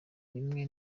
rimwe